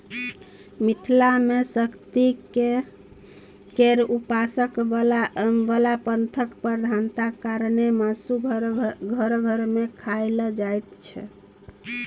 मिथिला मे शक्ति केर उपासक बला पंथक प्रधानता कारणेँ मासु घर घर मे खाएल जाइत छै